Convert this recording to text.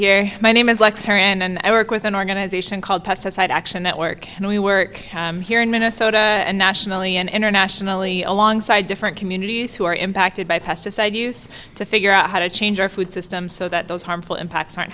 here my name is lexer and i work with an organization called pesticide action network and we work here in minnesota and nationally and internationally alongside different communities who are impacted by pesticide use to figure out how to change our food system so that those harmful impacts aren't